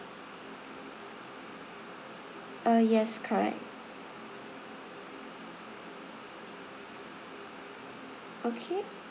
ah yes correct okay